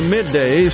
Midday